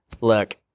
look